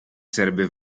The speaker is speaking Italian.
sarebbe